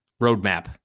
roadmap